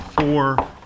four